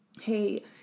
Hey